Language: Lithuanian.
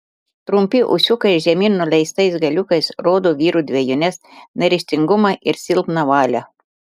trumpi ūsiukai žemyn nuleistais galiukais rodo vyro dvejones neryžtingumą ir silpną valią